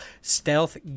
stealth